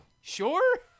sure